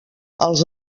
als